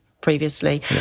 previously